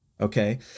Okay